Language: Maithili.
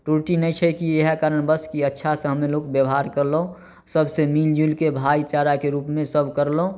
त्रुटि नहि छै कि ईहए कारण बस अच्छा सँ हमलोग व्यवहार केलहुॅं सबसे मिल जुलिके भाइचाराके रूपमे सब करलहुॅं